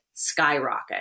skyrocket